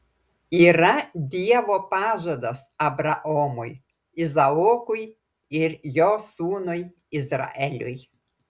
yra dievo pažadas abraomui izaokui ir jo sūnui izraeliui